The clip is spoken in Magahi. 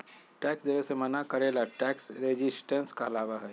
टैक्स देवे से मना करे ला टैक्स रेजिस्टेंस कहलाबा हई